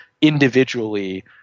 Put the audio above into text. individually